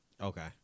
Okay